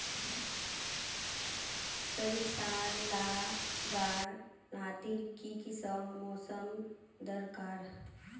सरिसार ला गार लात्तिर की किसम मौसम दरकार?